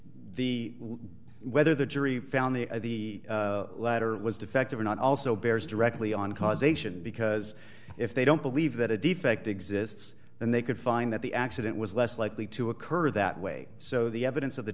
the whether the jury found the letter was defective or not also bears directly on causation because if they don't believe that a defect exists then they could find that the accident was less likely to occur that way so the evidence of the